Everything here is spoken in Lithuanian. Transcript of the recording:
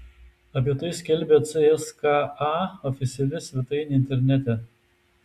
apie tai skelbia cska oficiali svetainė internete